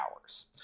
hours